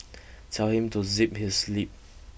tell him to zip his lip